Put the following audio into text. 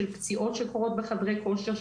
של פציעות שקורות בחדרי כושר,